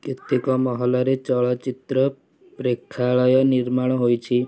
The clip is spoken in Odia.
କେତେକ ମହଲରେ ଚଳଚ୍ଚିତ୍ର ପ୍ରେକ୍ଷାଳୟ ନିର୍ମାଣ ହୋଇଛି